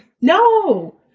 No